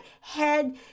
head